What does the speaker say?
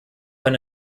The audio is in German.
eine